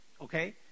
Okay